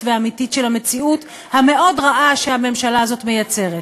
ואמיתית של המציאות המאוד-רעה שהממשלה הזאת מייצרת.